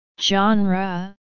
Genre